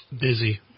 Busy